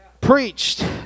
Preached